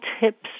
tips